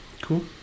cool